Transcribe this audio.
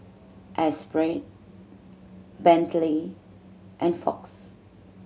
Esprit Bentley and Fox